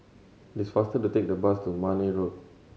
it is faster to take the bus to Marne Road